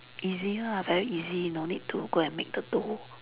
easier ah very easy no need to go and make the dough